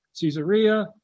Caesarea